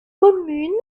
communes